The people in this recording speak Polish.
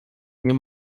nie